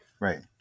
Right